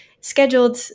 scheduled